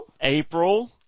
April